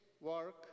work